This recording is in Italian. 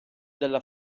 della